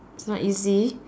it's not easy